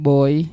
Boy